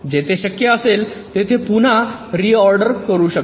जेथे शक्य असेल तेथे पुन्हा रिओर्डेर करू शकता